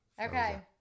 okay